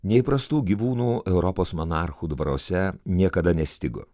neįprastų gyvūnų europos monarchų dvaruose niekada nestigo